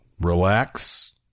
relax